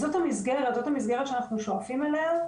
זו המסגרת שאנחנו שואפים אליה,